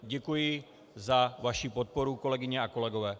Děkuji za vaši podporu, kolegyně a kolegové.